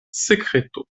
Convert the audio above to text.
sekreto